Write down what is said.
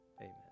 Amen